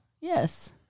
Yes